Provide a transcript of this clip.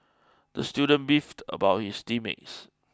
the student beefed about his team mates